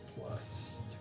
plus